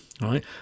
right